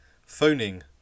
phoning